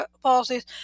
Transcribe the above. policies